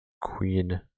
Queen